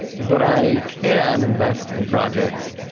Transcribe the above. but i can invest in projects